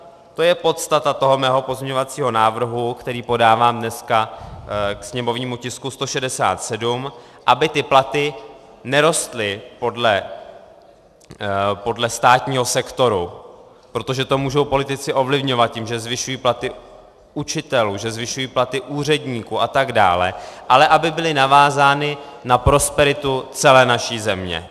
A to je podstata mého pozměňovacího návrhu, který podávám dneska k sněmovnímu tisku 167, aby ty platy nerostly podle státního sektoru, protože to můžou politici ovlivňovat tím, že zvyšují platy učitelů, úředníků a tak dále, ale aby byly navázány na prosperitu celé naší země.